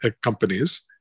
companies